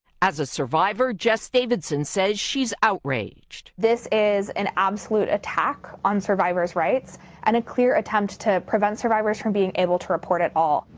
as a survivor, jess davidson says she is outraged. this is an absolute attack on survivors' rights and a clear attempt to prevent survivors from being able to report it at all.